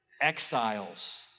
exiles